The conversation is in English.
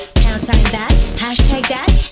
pound sign that, hash tag that